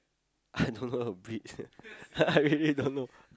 I don't know the breed I really don't know